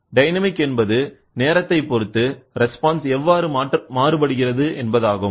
dynamic என்பது நேரத்தை பொறுத்து ரெஸ்பான்ஸ் எவ்வாறு மாறுபடுகிறது என்பதாகும்